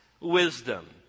wisdom